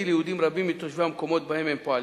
ליהודים רבים מתושבי המקומות שבהם הם פועלים.